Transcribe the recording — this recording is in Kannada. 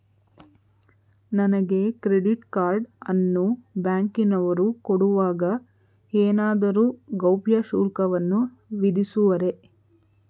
ನನಗೆ ಕ್ರೆಡಿಟ್ ಕಾರ್ಡ್ ಅನ್ನು ಬ್ಯಾಂಕಿನವರು ಕೊಡುವಾಗ ಏನಾದರೂ ಗೌಪ್ಯ ಶುಲ್ಕವನ್ನು ವಿಧಿಸುವರೇ?